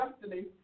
destiny